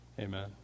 Amen